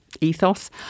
ethos